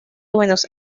buenos